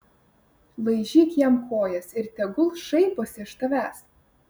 laižyk jam kojas ir tegul šaiposi iš tavęs